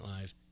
Live